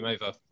over